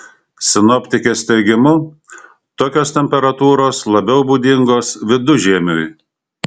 sinoptikės teigimu tokios temperatūros labiau būdingos vidužiemiui